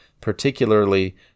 particularly